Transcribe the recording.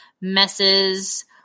messes